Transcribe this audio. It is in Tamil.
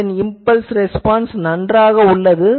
இதன் இம்பல்ஸ் ரெஸ்பான்ஸ் நன்றாக உள்ளது